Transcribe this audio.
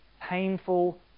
painful